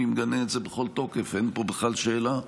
אני מגנה את זה בכל תוקף, אין פה בכלל שאלה.